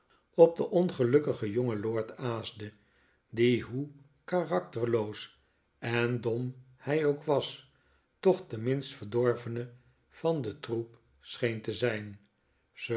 op den ongelukkigen jongen lord aasde die hoe karakterloos en dom hij ook was toch de minst verdorvene van den troep scheen te zijn